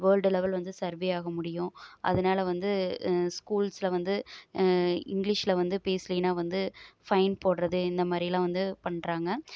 world level வந்து survey ஆக முடியும் அதனால் வந்து ஸ்கூல்ஸ்சில் வந்து இங்கிலிஷில் வந்து பேசலேனால் வந்து ஃபைன் போடுறது இந்த மாதிரிலாம் வந்து பண்ணுறாங்க